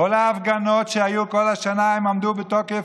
בכל ההפגנות שהיו כל השנה הם עמדו בתוקף